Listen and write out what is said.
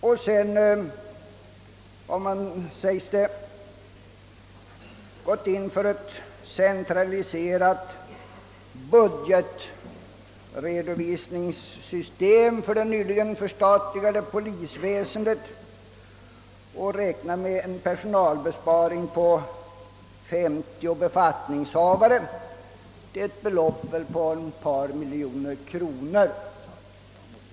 Vidare har man gått in för ett centraliserat budgetredovisningssystem för det nyligen förstatligade polisväsendet och räknar med en personalbesparing på 50 befattningshavare, varigenom sannolikt sparas ett par miljoner kronor.